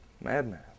Madman